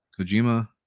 Kojima